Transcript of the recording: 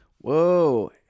Whoa